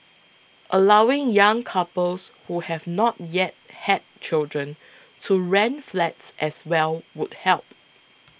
allowing young couples who have not yet had children to rent flats as well would help